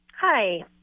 Hi